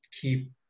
keep